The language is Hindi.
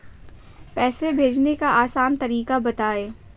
पैसे भेजने का आसान तरीका बताए?